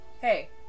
hey